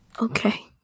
Okay